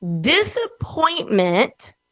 Disappointment